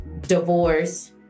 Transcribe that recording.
divorce